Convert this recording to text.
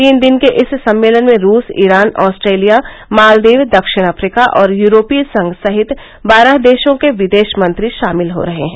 तीन दिन के इस सम्मेलन में रूस ईरान ऑस्ट्रेलिया मालदीव दक्षिण अफ्रीका और यूरोपीय संघ सहित बारह देशों के विदेश मंत्री शामिल हो रहे हैं